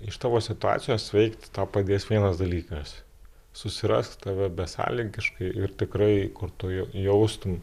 iš tavo situacijos sveikti tau padės vienas dalykas susirasti tave besąlygiškai ir tikrai kur tu jau jaustum